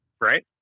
right